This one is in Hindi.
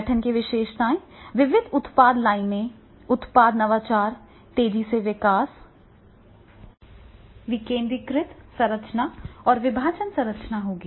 संगठन की विशेषताएं विविध उत्पाद लाइनें उत्पाद नवाचार तेजी से विकास विकेंद्रीकृत संरचना और विभाजन संरचना होगी